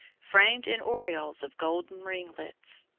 framed in aureoles of golden ringlets.